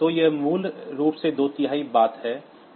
तो यह मूल रूप से दो तिहाई बात है